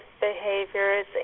behaviors